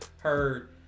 heard